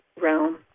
realm